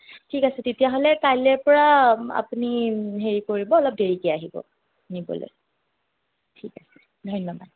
ঠিক আছে তেতিয়াহ'লে কাইলৈৰ পৰা আপুনি হেৰি কৰিব অলপ দেৰিকে আহিব নিবলৈ ঠিক আছে ধন্যবাদ